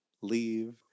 leave